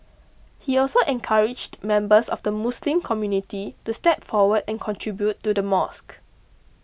he also encouraged members of the Muslim community to step forward and contribute to the mosque